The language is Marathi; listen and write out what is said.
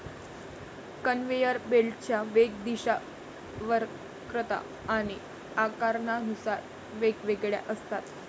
कन्व्हेयर बेल्टच्या वेग, दिशा, वक्रता आणि आकारानुसार वेगवेगळ्या असतात